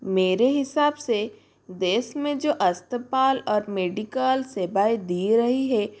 मेरे हिसाब से देश में जो अस्पताल ओर मेडिकल सेवाएँ दे रही है